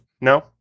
No